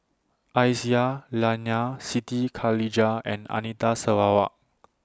Aisyah Lyana Siti Khalijah and Anita Sarawak